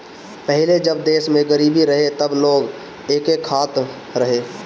पहिले जब देश में गरीबी रहे तब लोग एके खात रहे